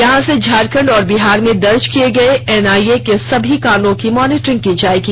यहां से झारखंड और बिहार में दर्ज किए गए एनआईए की सभी कांडो की मॉनिटरिंग की जाएगी